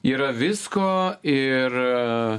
yra visko ir